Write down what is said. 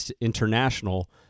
international